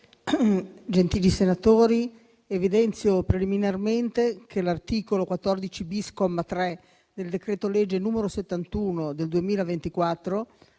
gentili senatori, evidenzio preliminarmente che l'articolo 14-*bis*, comma 3, del decreto-legge n. 71 del 2024